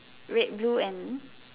red blue and